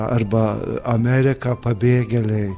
arba amerika pabėgėliai